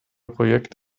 projekt